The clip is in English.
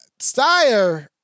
Steyer